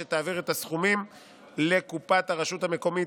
שתעביר את הסכומים לקופת הרשות המקומית